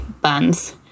buns